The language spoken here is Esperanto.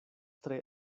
tre